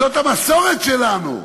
זאת המסורת שלנו?